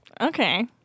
Okay